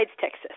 Texas